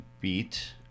beat